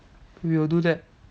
we will do that